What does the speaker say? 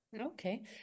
Okay